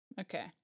Okay